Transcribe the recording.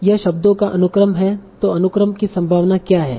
यह शब्दों का अनुक्रम है तों अनुक्रम की संभावना क्या है